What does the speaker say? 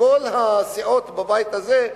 כל הסיעות בבית הזה,